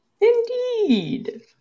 Indeed